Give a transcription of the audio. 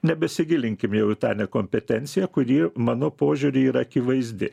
nebesigilinkim jau į tą nekompetenciją kuri mano požiūriu yra akivaizdi